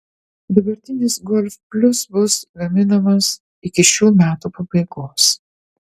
dabartinis golf plius bus gaminamas iki šių metų pabaigos